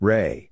Ray